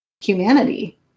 humanity